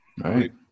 Right